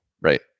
right